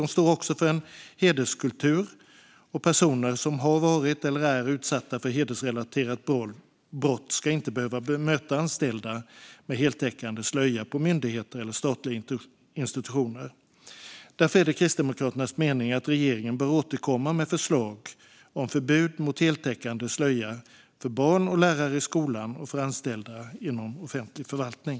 De står också för en hederskultur, och personer som har varit eller är utsatta för hedersrelaterade brott ska inte behöva möta anställda med heltäckande slöja på myndigheter eller statliga institutioner. Därför är det Kristdemokraternas mening att regeringen bör återkomma med förslag om förbud mot heltäckande slöja för barn och lärare i skolan och för anställda inom offentlig förvaltning.